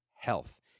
health